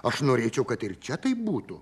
aš norėčiau kad ir čia taip būtų